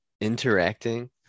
interacting